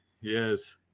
Yes